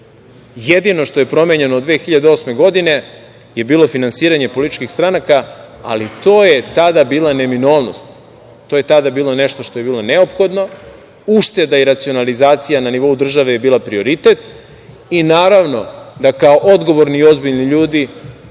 Jedino što je promenjeno 2008. godine je bilo finansiranje političkih stranaka, ali to je tada bila neminovnost, to je tada bilo nešto što je neophodno. Ušteda i racionalizacija na nivou države je bila prioritet i naravno da kao odgovorni i ozbiljni ljudi